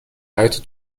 حیاط